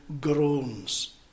groans